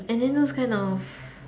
and then those kind of